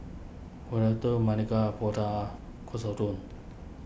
Gyudon Maili Kofta Katsudon